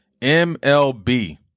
MLB